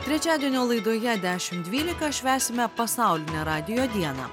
trečiadienio laidoje dešimt dvylika švęsime pasaulinę radijo dieną